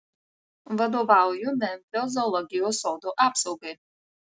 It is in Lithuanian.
vadovauju memfio zoologijos sodo apsaugai